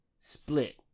split